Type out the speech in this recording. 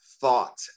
thought